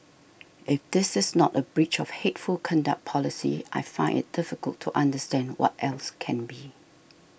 if this is not a breach of hateful conduct policy I find it difficult to understand what else can be